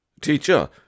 Teacher